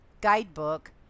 guidebook